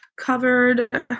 covered